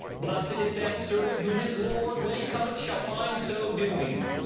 blessed is that servant, whom his lord when he cometh shall find so doing.